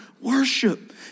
worship